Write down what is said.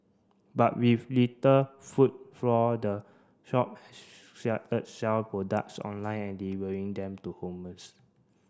but with little footfall the shop sell products online and delivering them to